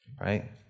right